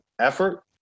effort